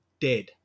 dead